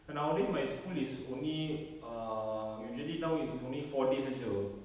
nowadays my school is only err usually now is only four days sahaja